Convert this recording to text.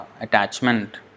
attachment